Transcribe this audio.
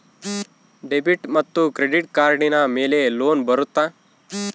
Debit ಮತ್ತು credit ಕಾರ್ಡಿನ ಮೇಲೆ ಲೋನ್ ಬರುತ್ತಾ?